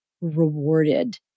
rewarded